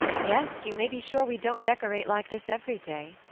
yes. you may be sure we don't decorate like this every day.